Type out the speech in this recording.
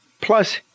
plus